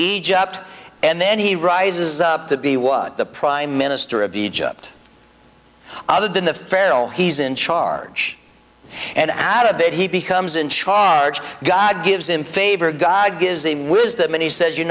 egypt and then he rises up to be was the prime minister of egypt other than the feral he's in charge and out of bed he becomes in charge god gives him favor god gives the wisdom and he says you